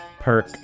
perk